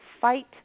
fight